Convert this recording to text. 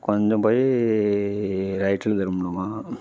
கொஞ்சம் போய் ரைட்டில் திரும்பணுமா